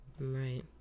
Right